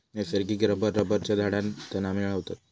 नैसर्गिक रबर रबरच्या झाडांतना मिळवतत